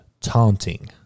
taunting